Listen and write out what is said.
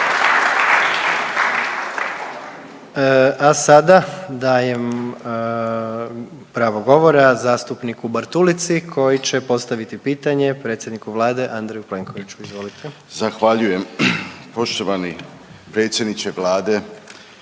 A sada dajem pravo govora zastupniku Bartulici koji će postaviti pitanje predsjedniku Vlade Andreju Plenkoviću. Izvolite. **Bartulica, Stephen Nikola